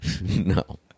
No